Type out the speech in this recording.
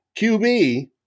QB